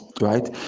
right